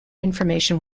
information